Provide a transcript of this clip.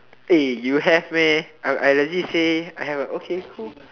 eh you have meh I legit say I have okay cool